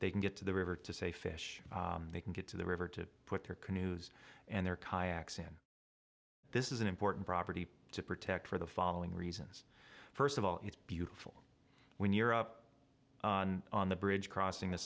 they can get to the river to say fish they can get to the river to put their canoes and their kayaks in this is an important property to protect for the following reasons first of all it's beautiful when you're up on the bridge crossing the